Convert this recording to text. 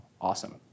Awesome